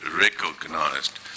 recognized